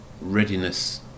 readiness